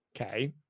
Okay